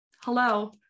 hello